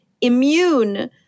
immune